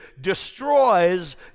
destroys